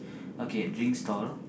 okay drink stall